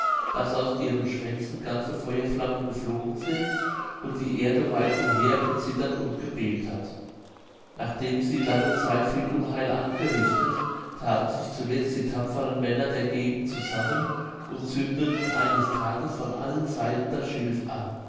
daß aus ihren schwänzen ganze feuerflammen geflogen sind und die erde weit umher gezittert und gebebt hat nachdem sie lange zeit viel unheil angerichtet thaten sich zuletzt die tapferen männer der gegend zusammen und zündeten eines tages von allen seiten das schilf an